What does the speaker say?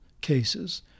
cases